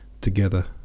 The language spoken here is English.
together